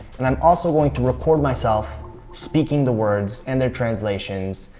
and i'm also going to record myself speaking the words and their translations.